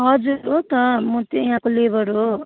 हजुर हो त म त यहाँको लेबर हो